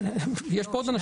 יש פה עוד אנשים